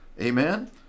Amen